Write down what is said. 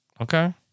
Okay